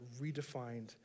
redefined